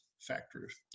factors